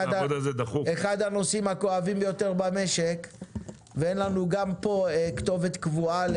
אחד הנושאים הכואבים ביותר במשק וגם פה אין לנו כתובת קבועה.